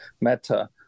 Meta